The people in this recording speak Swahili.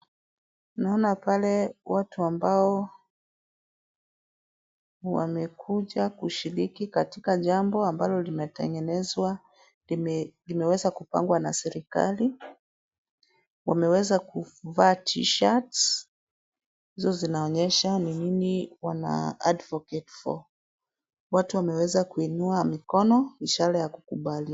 Naona pale, watu ambao wamekuja kushiriki katika jambo ambalo limetengenezwa, limeweza kupangwa na serikali. Wameweza kuvaa t-shirts , nazo zinaonyesha ni nini wana advocate for . Watu wameweza kuinua mikono, ishara ya kukubaliana.